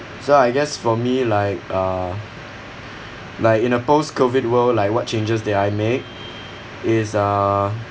so I guess for me like uh like in a post COVID world like what changes did I make is uh